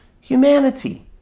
humanity